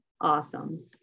Awesome